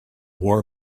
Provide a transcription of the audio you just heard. war